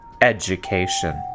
education